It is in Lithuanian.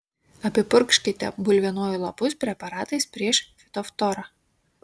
apipurkškite bulvienojų lapus preparatais prieš fitoftorą